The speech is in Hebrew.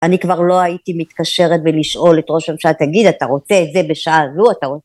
אני כבר לא הייתי מתקשרת ולשאול את ראש הממשלה תגיד אתה רוצה את זה בשעה הזו אתה רוצה